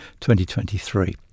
2023